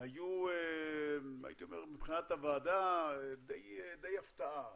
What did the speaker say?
היו מבחינת הוועדה די הפתעה.